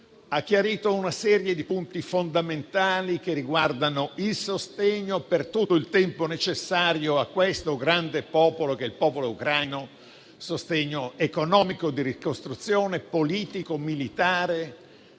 presentato - una serie di punti fondamentali, che riguardano il sostegno per tutto il tempo necessario a questo grande popolo, che è il popolo ucraino: un sostegno economico, di ricostruzione, politico e militare;